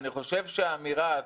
אני חושב שהאמירה הזאת,